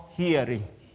hearing